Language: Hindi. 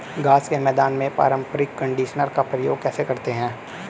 घास के मैदान में पारंपरिक कंडीशनर का प्रयोग कैसे करते हैं?